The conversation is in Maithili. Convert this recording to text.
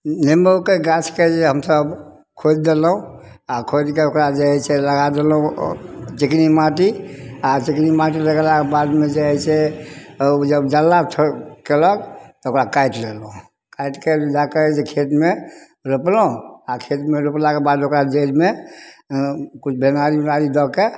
नेबोके गाछके जे हमसभ खोधि देलहुँ आओर खोधिके ओकरा जे होइ छै लगा देलहुँ चिकनी माटी आओर चिकनी माटी लगेलाके बादमे जे हइ से ओ जब जल्ला थो कएलक तऽ ओकरा काटि लेलहुँ काटिके जाके खेतमे रोपलहुँ आओर खेतमे रोपलाके बाद ओकरा जड़िमे किछु भेनारी ओनारी दऽके